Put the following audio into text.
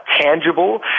tangible